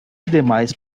demais